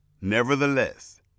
nevertheless